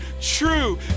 true